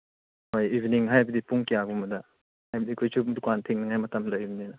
ꯍꯣꯏ ꯏꯕꯤꯅꯤꯡ ꯍꯥꯏꯕꯗꯤ ꯄꯨꯡ ꯀꯌꯥꯒꯨꯝꯕꯗ ꯍꯥꯏꯕꯗꯤ ꯑꯩꯈꯣꯏꯁꯨ ꯗꯨꯀꯥꯟ ꯊꯤꯡꯅꯤꯡꯉꯥꯏ ꯃꯇꯝ ꯂꯩꯕꯅꯤꯅ